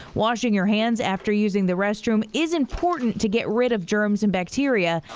washing your hands after using the rest room is important to get rid of germs and bacteria,